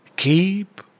Keep